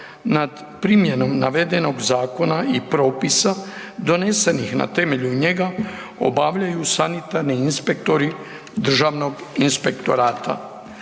nad primjenom navedenog zakona i propisa donesenih na temelju njega obavljaju sanitarni inspektori Državnog inspektorata.